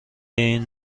این